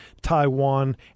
Taiwan